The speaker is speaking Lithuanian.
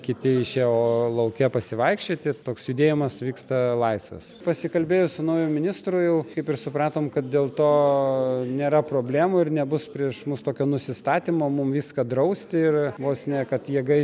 kiti išėjo o lauke pasivaikščioti toks judėjimas vyksta laisvas pasikalbėjus su nauju ministru jau kaip ir supratom kad dėl to nėra problemų ir nebus prieš mus tokio nusistatymo mum viską drausti ir vos ne kad jėga